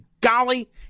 golly